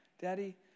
Daddy